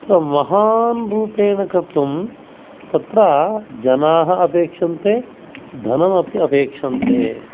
तत्र महान् रूपेण कर्तुं तत्र जनाः अपेक्षन्ते धनमपि अपेक्षन्ते